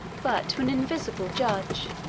but to an invisible judge